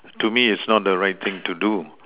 to me it's not the right thing to do